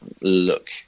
look